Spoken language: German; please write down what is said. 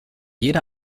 jede